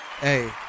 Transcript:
Hey